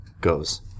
goes